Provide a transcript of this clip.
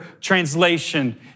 translation